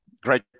great